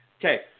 Okay